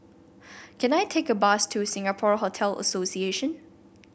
can I take a bus to Singapore Hotel Association